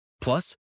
Plus